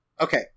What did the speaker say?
Okay